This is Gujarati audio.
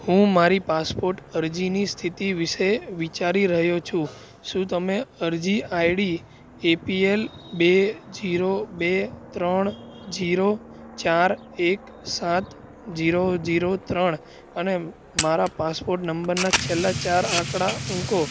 હું મારી પાસપોર્ટ અરજીની સ્થિતિ વિશે વિચારી રહ્યો છું શું તમે અરજી આઈડી એપીએલ બે ઝીરો બે ત્રણ ઝીરો ચાર એક સાત ઝીરો ઝીરો ત્રણ અને મારા પાસપોર્ટ નંબરના છેલ્લા ચાર અંકો